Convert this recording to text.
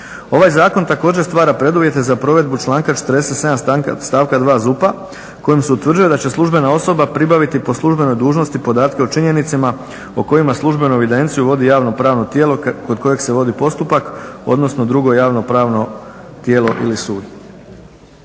Ovaj zakon također stvara preduvjete za provedbu članka 47., stavka 2. ZUP-a koji se utvrđuje da će službena osoba pribaviti po službenoj dužnosti podatke o činjenicama o kojima službenu evidenciju vodi javno pravno tijelo kod kojeg se vodi postupak odnosno drugo javno pravno tijelo ili sud.